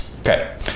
Okay